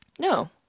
No